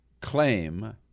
claim